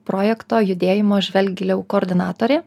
projekto judėjimo žvelk giliau koordinatorė